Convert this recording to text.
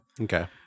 Okay